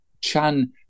Chan